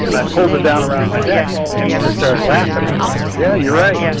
and i pulled it down around my neck and he just started laughing at me cause yeah, you're right. yeah.